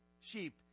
sheep